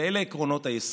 ואלה עקרונות היסוד: